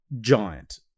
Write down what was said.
giant